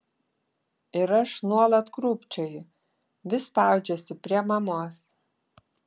ir aš nuolat krūpčioju vis spaudžiuosi prie mamos